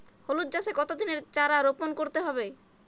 হলুদ চাষে কত দিনের চারা রোপন করতে হবে?